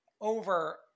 over